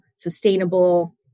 sustainable